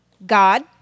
God